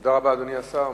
תודה רבה, אדוני השר.